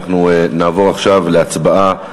אנחנו נעבור עכשיו להצבעה